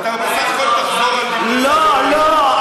אתה בסך הכול תחזור על דברים, לא, לא.